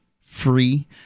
free